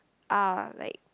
are like